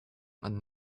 and